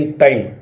time